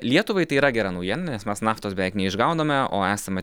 lietuvai tai yra gera naujiena nes mes naftos beveik neišgauname o esame